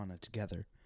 together